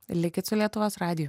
likit su lietuvos radiju